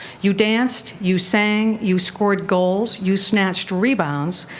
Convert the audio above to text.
you danced, you sang, you scored goals, you snatched rebounds,